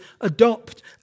adopt